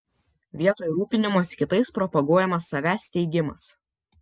vietoj rūpinimosi kitais propaguojamas savęs teigimas